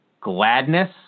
gladness